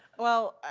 well,